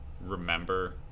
remember